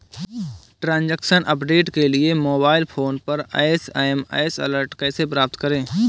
Transaction update के लिए mobile phone पर एस.एम.एस अलर्ट कैसे प्राप्त करें?